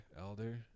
elder